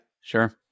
Sure